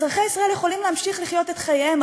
אזרחי ישראל יכולים להמשיך לחיות את חייהם,